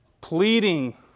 pleading